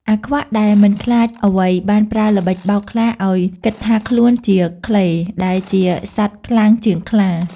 អាខ្វាក់ ដែលមិនខ្លាចអ្វីបានប្រើល្បិចបោកខ្លាឱ្យគិតថាខ្លួនជា ឃ្លេ ដែលជាសត្វខ្លាំងជាងខ្លា ។